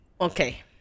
Okay